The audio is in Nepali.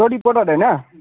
तँ रिपोर्टर होइन